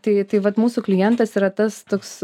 tai tai vat mūsų klientas yra tas toks